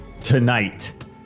Tonight